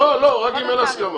לא, רק אם אין הסכמה.